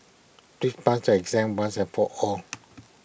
please pass your exam once and for all